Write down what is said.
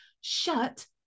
shut